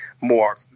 more